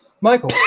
Michael